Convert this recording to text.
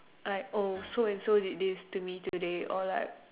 like oh so and so did this to me today